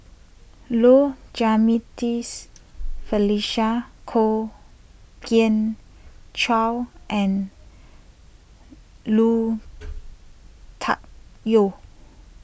Low Jimenez Felicia Kwok Kian Chow and Lui Tuck Yew